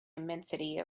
immensity